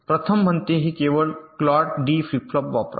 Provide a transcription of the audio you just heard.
प्रथम म्हणते की केवळ क्लॉक्ड डी फ्लिप फ्लॉप वापरावे